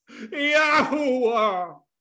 Yahuwah